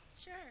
Sure